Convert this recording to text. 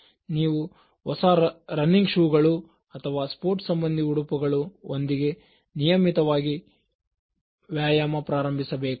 ಮತ್ತೆ ನೀವು ಹೊಸ ರನ್ನಿಂಗ್ ಶೂ ಗಳು ಅಥವಾ ಸ್ಫೋರ್ಟ್ಸ್ ಸಂಬಂಧಿ ಹುಡುಪುಗಳು ಒಂದಿಗೆ ನಿಯಮಿತವಾಗಿ ವ್ಯಾಯಾಮ ಪ್ರಾರಂಭಿಸಬೇಕು